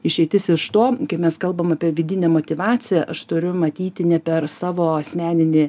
išeitis iš to kai mes kalbam apie vidinę motyvaciją aš turiu matyti ne per savo asmeninį